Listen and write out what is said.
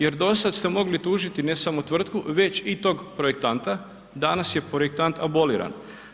Jer do sad ste mogli tužiti ne samo tvrtku već i tog projektanta, danas je projektant aboliran.